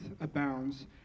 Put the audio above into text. abounds